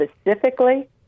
specifically